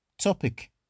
Topic